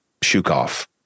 Shukov